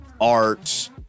art